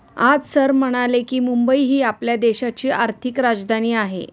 आज सर म्हणाले की, मुंबई ही आपल्या देशाची आर्थिक राजधानी आहे